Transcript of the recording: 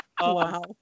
Wow